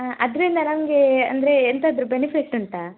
ಹಾಂ ಅದರಿಂದ ನಮಗೆ ಅಂದರೆ ಎಂತಾದರೂ ಬೆನಿಫಿಟ್ ಉಂಟಾ